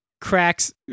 cracks